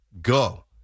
go